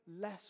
less